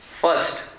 First